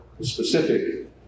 specific